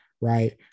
right